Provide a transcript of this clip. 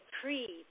Creed